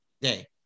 day